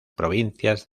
provincias